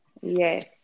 Yes